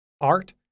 Art